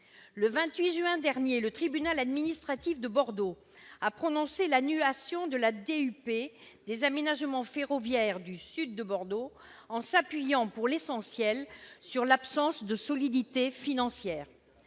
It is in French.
Le 28 juin dernier, le tribunal administratif de Bordeaux a prononcé l'annulation de la déclaration d'utilité publique- DUP -des aménagements ferroviaires au sud de Bordeaux, en s'appuyant, pour l'essentiel, sur l'absence de solidité financière.